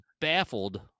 baffled